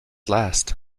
last